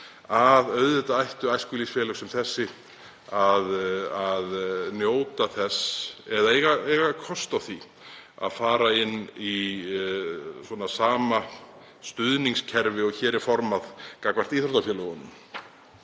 að auðvitað ættu æskulýðsfélög sem þessi að njóta þess, eða eiga kost á því, að fara inn í sama stuðningskerfi og hér er áformað gagnvart íþróttafélögunum.